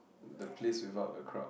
the place without a crowd